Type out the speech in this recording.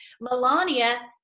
Melania